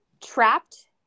Trapped